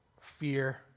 fear